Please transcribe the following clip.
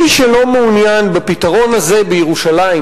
מי שלא מעוניין בפתרון הזה בירושלים,